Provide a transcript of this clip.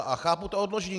A chápu to odložení.